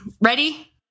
Ready